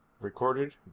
Recorded